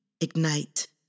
ignite